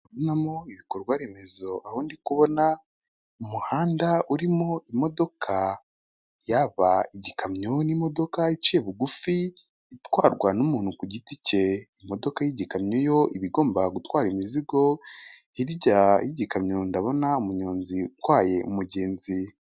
Ndabona mo ibikorwa remezo aho ndi kubona umuhanda urimo imodoka y'igikamyo ,n'imodoka iciye bugufi itwarwa n'umuntu ku giti cye, imodoka y'igikamyo iba igomba gutwara imizigo hirya y'igikamyo ndabona umunyonzi utwaye umugenzi.